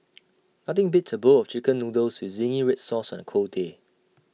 nothing beats A bowl of Chicken Noodles with Zingy Red Sauce on A cold day